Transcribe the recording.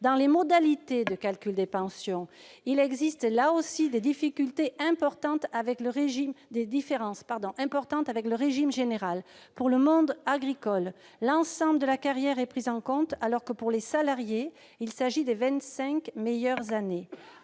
Dans les modalités de calcul des pensions, il existe, là aussi, des différences importantes avec le régime général : pour le monde agricole, l'ensemble de la carrière est pris en compte, alors que, pour les salariés, seules les vingt-cinq meilleures années